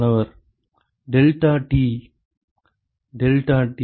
மாணவர் delta T delta D